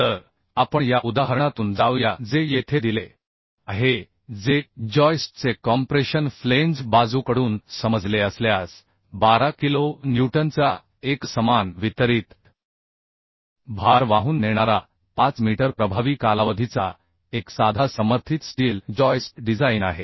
तर आपण या उदाहरणातून जाऊया जे येथे दिलेआहे जे जॉइस्टचे कॉम्प्रेशन फ्लेंज बाजूकडून समजले असल्यास 12 किलो न्यूटनचा एकसमान वितरित भार वाहून नेणारा 5 मीटर प्रभावी कालावधीचा एक साधा समर्थित स्टील जॉइस्ट डिझाइन आहे